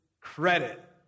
credit